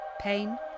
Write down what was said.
Pain